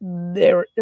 there.